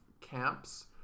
camps